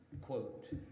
quote